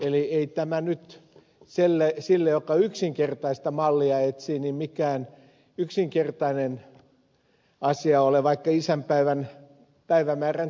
eli ei tämä nyt sille joka yksinkertaista mallia etsii mikään yksinkertainen asia ole vaikka isänpäivän päivämäärän tietäisikin